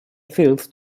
filth